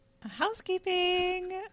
housekeeping